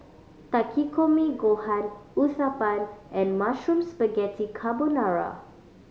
Takikomi Gohan Uthapam and Mushroom Spaghetti Carbonara